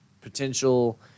potential